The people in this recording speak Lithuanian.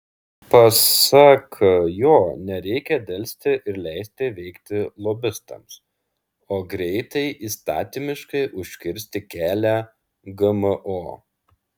pasak jo nereikia delsti ir leisti veikti lobistams o greitai įstatymiškai užkirsti kelią gmo